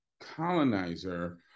colonizer